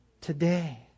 today